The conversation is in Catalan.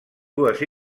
dues